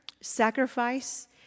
sacrifice